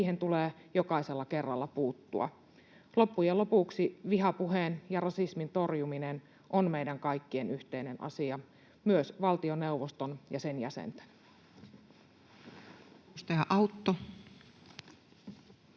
niihin tulee jokaisella kerralla puuttua. Loppujen lopuksi vihapuheen ja rasismin torjuminen on meidän kaikkien yhteinen asia — myös valtioneuvoston ja sen jäsenten.